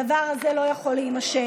הדבר הזה לא יכול להימשך.